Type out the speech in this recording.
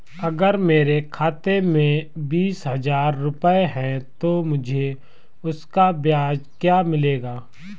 अगर मेरे खाते में बीस हज़ार रुपये हैं तो मुझे उसका ब्याज क्या मिलेगा?